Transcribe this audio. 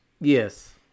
Yes